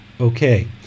Okay